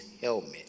helmet